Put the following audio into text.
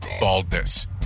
baldness